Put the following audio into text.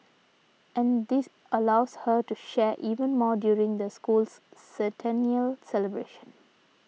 and this allows her to share even more during the school's centennial celebrations